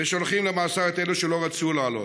ושולחים למאסר את אלה שלא רצו לעלות,